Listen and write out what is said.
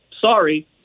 Sorry